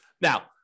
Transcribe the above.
Now